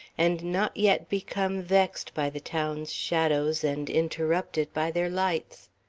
and not yet become vexed by the town's shadows and interrupted by their lights.